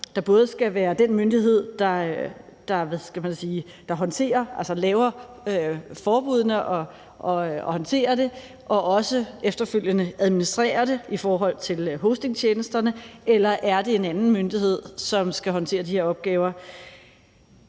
der både skal være den myndighed, der laver forbuddene og håndterer opgaverne og også efterfølgende administrerer dem i forhold til hostingtjenesterne, eller er det en anden myndighed, som skal håndtere de her opgaver?